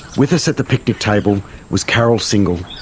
with us at the picnic table was carol single,